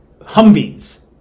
humvees